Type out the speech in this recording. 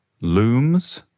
looms